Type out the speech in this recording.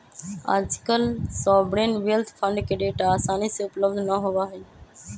आजकल sovereign wealth fund के data आसानी से उपलब्ध ना होबा हई